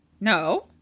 no